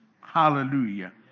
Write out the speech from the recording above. Hallelujah